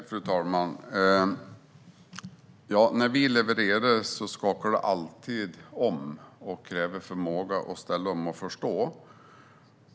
Fru talman! När vi levererar skakar det alltid om och kräver förmåga att ställa om och förstå.